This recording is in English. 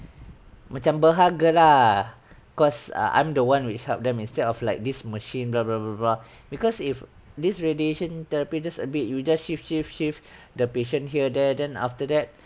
macam berharga lah cause uh I'm the one which help them instead of like this machine blah blah blah blah because if this radiation therapy just a bit you just shift shift shift the patient here there then after that